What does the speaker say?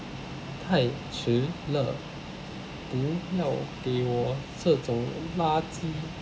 太迟了不要给我这种垃圾